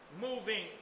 moving